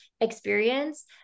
experience